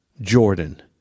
jordan